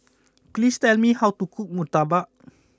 please tell me how to cook Murtabak